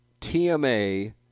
TMA